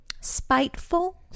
spiteful